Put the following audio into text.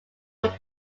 took